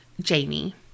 Jamie